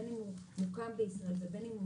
בין אם הוא מוקם בישראל ובין אם הוא